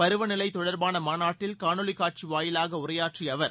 பருவநிலை தொடர்பான மாநாட்டில் காணொலி காட்சி வாயிலாக உரையாற்றிய அவர்